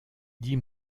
dis